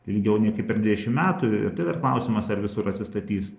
ilgiau nei kaip per dvidešim metų ir tai das klausimas ar visur atsistatys